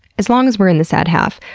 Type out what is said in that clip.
as long as we are in the sad half,